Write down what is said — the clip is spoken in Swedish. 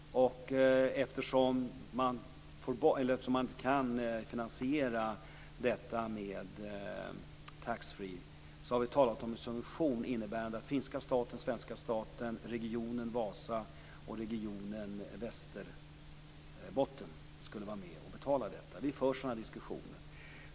Eftersom man inte kan finansiera detta med taxfree har vi talat om en subvention, innebärande att finska staten, svenska staten, regionen Vasa och regionen Västerbotten skulle vara med och betala detta. Vi för sådana diskussioner.